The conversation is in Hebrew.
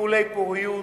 טיפולי פוריות,